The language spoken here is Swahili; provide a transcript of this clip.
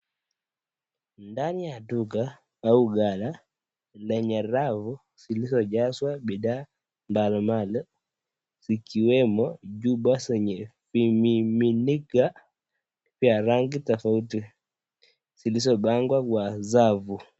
Ndani ya duka au gala lenye rafu zilizojazwa bidhaa mbali mbali ikiwemo chupa zenye (cs)miminika(cs) ya rangi tofauti zilizopangwa kwa safu.